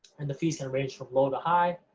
and the fees can range from low to high.